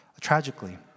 tragically